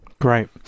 Great